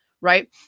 right